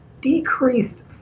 decreased